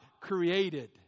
created